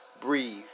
breathe